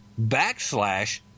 backslash